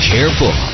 Careful